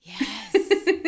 Yes